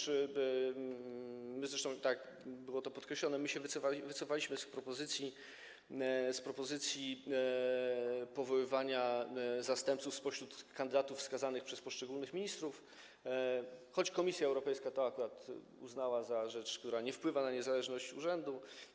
Zresztą my, było to podkreślone, wycofaliśmy się z propozycji powoływania zastępców spośród kandydatów wskazanych przez poszczególnych ministrów, choć Komisja Europejska to akurat uznała za rzecz, która nie wpływa na niezależność urzędu.